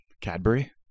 Cadbury